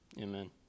Amen